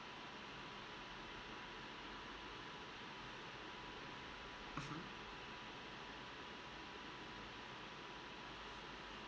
mmhmm